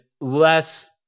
less